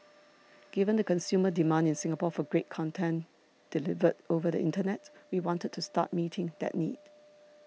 given the consumer demand in Singapore for great content delivered over the internet we wanted to start meeting that need